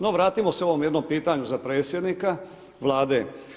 No, vratimo se ovom jednom pitanju za predsjednika Vlade.